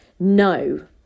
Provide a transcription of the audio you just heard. No